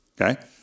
Okay